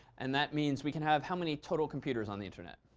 and that means we can have how many total computers on the internet?